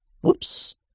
Whoops